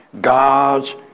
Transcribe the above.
God's